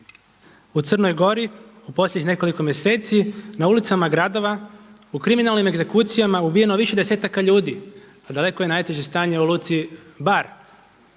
u Crnoj Gori u posljednjih nekoliko mjeseci na ulicama gradova u kriminalnim egzekucijama ubijeno više desetaka ljudi a daleko je najteže stanje u luci Bar